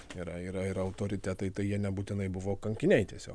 yra yra yra autoritetai tai jie nebūtinai buvo kankiniai tiesiog